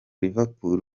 liverpool